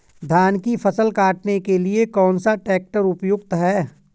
धान की फसल काटने के लिए कौन सा ट्रैक्टर उपयुक्त है?